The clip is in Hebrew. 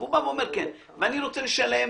והוא רוצה לשלם,